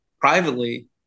privately